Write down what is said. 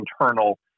internal